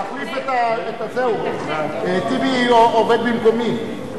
טיבי עובד במקומי.